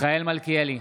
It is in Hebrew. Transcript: מלכיאלי,